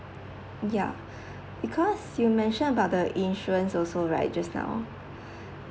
ya because you mentioned about the insurance also right just now